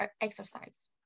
exercise